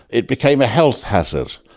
it became a health hazard.